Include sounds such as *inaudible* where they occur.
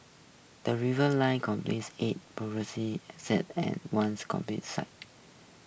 the Reserve List comprises eight private residential sites and one commercial site *noise*